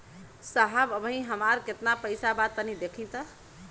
साहब अबहीं हमार कितना पइसा बा तनि देखति?